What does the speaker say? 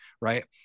right